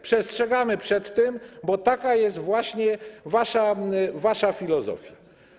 Przestrzegamy przed tym, bo taka jest właśnie wasza filozofia.